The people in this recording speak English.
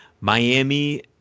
Miami